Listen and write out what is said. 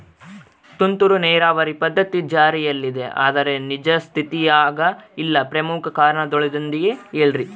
ತುಂತುರು ನೇರಾವರಿ ಪದ್ಧತಿ ಜಾರಿಯಲ್ಲಿದೆ ಆದರೆ ನಿಜ ಸ್ಥಿತಿಯಾಗ ಇಲ್ಲ ಪ್ರಮುಖ ಕಾರಣದೊಂದಿಗೆ ಹೇಳ್ರಿ?